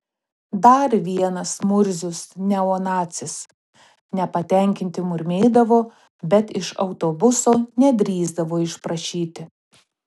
dar vienas murzius neonacis nepatenkinti murmėdavo bet iš autobuso nedrįsdavo išprašyti